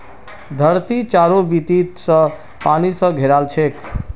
धरती चारों बीती स पानी स घेराल छेक